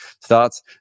starts